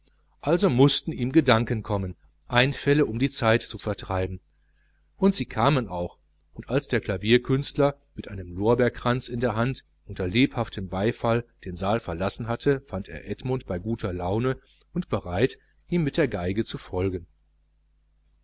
also mußten ihm gedanken kommen einfälle um die zeit zu vertreiben und sie kamen auch und als der klaviervirtuose mit einem lorbeerkranz in der hand unter lebhaftem beifall den saal verlassen hatte fand er edmund bei guter laune und bereit ihm mit der violine zu folgen